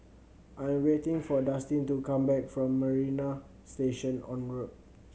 I am waiting for Dustin to come back from Marina Station Road